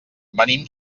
venim